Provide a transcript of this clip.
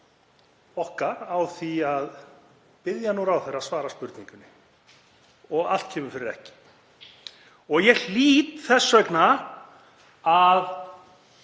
okkar á því að biðja nú ráðherra að svara spurningunni en allt kemur fyrir ekki. Ég hlýt þess vegna að